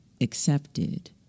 accepted